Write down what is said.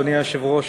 אדוני היושב-ראש,